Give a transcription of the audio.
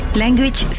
language